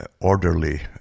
orderly